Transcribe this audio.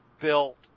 built